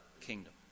kingdom